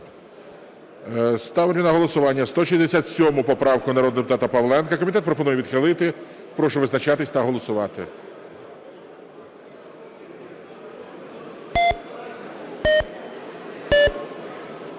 Ставлю на голосування 167 поправку народного депутата Павленка. Комітет пропонує відхилити. Прошу визначатись та голосувати.